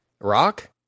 rock